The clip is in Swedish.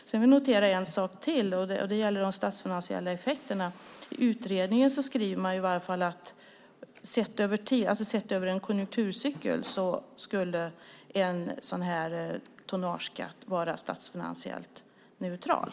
Sedan noterar jag en sak till, och det gäller de statsfinansiella effekterna. Utredningen skriver i alla fall att sett över en konjunkturcykel skulle en tonnageskatt vara statsfinansiellt neutral.